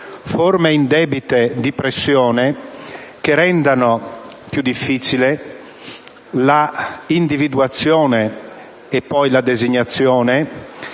forme indebite di pressione che rendano più difficile l'individuazione e poi la designazione